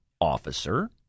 officer